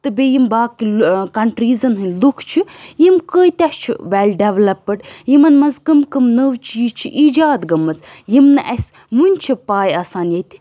تہٕ بیٚیہِ یِم باقٕے لُہ کَنٹریٖزَن ہٕنٛدۍ لوٗکھ چھِ یِم کۭتیٛاہ چھِ ویٚل ڈیٚولَیپٕڈ یِمَن منٛز کٕم کٕم نٔو چیٖز چھِ ایجاد گٲمٕژ یِم نہٕ اَسہِ وُنہِ چھِ پےَ آسان ییٚتہِ